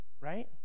right